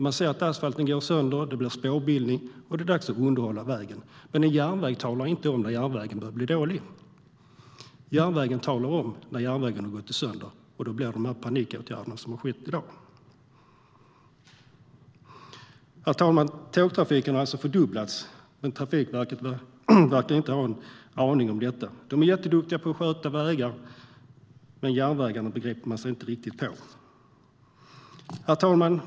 Man ser att asfalten går sönder, att det blir spårbildning och att det är dags att underhålla vägen. Men en järnväg talar inte om när järnvägen börjar bli dålig. Järnvägen talar om när järnvägen har gått sönder, och då blir det de panikåtgärder som har skett i dag. Herr talman! Tågtrafiken har alltså fördubblats, men Trafikverket verkar inte ha en aning om detta. Trafikverket är jätteduktiga på att sköta om vägar, men järnvägar begriper de sig inte riktigt på. Herr talman!